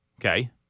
Okay